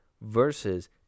Versus